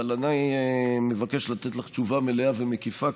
אני עדיין מבקש לתת לך תשובה מלאה ומקיפה,